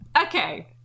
okay